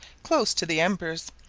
close to the embers,